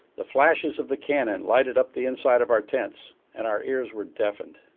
the flashes of the cannon lighted up the inside of our tents and our ears were deafened.